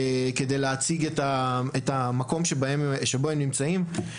כדי להציג את המקום בו הם נמצאים.